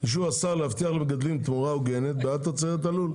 "אישור השר להבטיח למגדלים תמורה הוגנת בעד תוצרת הלול,